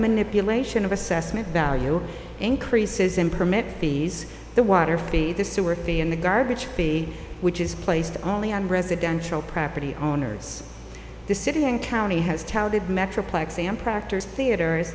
manipulation of assessment value increases in permit fees the water fee the sewer fee and the garbage fee which is placed only on residential property owners the city and county has touted metroplex and proctors theater